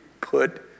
put